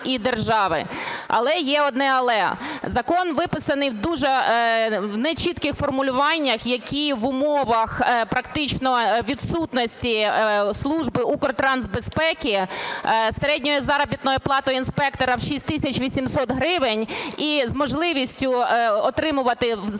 Але є одне "але". Закон виписаний в дуже нечітких формулюваннях, які в умовах практично відсутності служби Укртрансбезпеки з середньою заробітною платою інспектора в 6 тисяч 800 гривень і з можливістю отримувати з